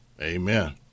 Amen